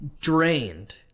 drained